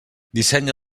dissenya